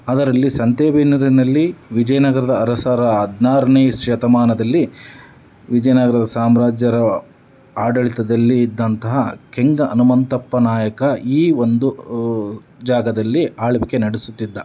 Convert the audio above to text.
ಅದರಲ್ಲಿ ಸಂತೆಬೆನ್ನೂರಿನಲ್ಲಿ ವಿಜಯನಗರದ ಅರಸರ ಹದಿನಾರನೇ ಶತಮಾನದಲ್ಲಿ ವಿಜಯನಗರದ ಸಾಮ್ರಾಜ್ಯರು ಆಡಳಿತದಲ್ಲಿ ಇದ್ದಂತಹ ಕೆಂಗ ಹನುಮಂತಪ್ಪ ನಾಯಕ ಈ ಒಂದು ಜಾಗದಲ್ಲಿ ಆಳ್ವಿಕೆ ನಡೆಸುತ್ತಿದ್ದ